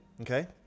Okay